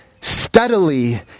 steadily